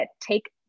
take